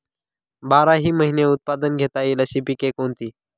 बाराही महिने उत्पादन घेता येईल अशी पिके कोणती?